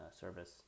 service